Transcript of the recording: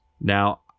Now